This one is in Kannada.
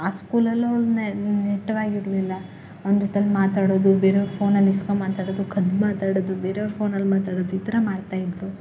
ಆ ಸ್ಕೂಲಲ್ಲೂ ಅವ್ಳು ನೆಟ್ಟಗಾಗಿರಲಿಲ್ಲ ಅವ್ನು ಜೊತೇಲಿ ಮಾತಾಡೋದು ಬೇರೆವ್ರ ಫೋನಲ್ಲಿ ಈಸ್ಕೊ ಮಾತಾಡೋದು ಕದ್ದು ಮಾತಾಡೋದು ಬೇರೆವ್ರ ಫೋನಲ್ಲಿ ಮಾತಾಡೋದು ಈ ಥರ ಮಾಡ್ತಾಯಿದ್ದಳು